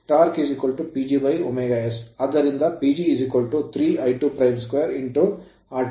ಆದ್ದರಿಂದ PG 3 I22 r2 s ωs